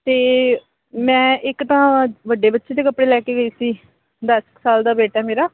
ਅਤੇ ਮੈਂ ਇੱਕ ਤਾਂ ਵੱਡੇ ਬੱਚੇ ਦੇ ਕੱਪੜੇ ਲੈ ਕੇ ਗਈ ਸੀ ਦਸ ਕੁ ਸਾਲ ਦਾ ਬੇਟਾ ਮੇਰਾ